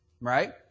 right